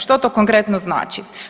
Što to konkretno znači?